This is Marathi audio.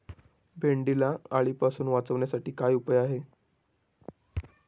भेंडीला अळीपासून वाचवण्यासाठी काय उपाय आहे?